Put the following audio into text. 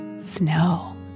snow